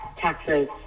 taxes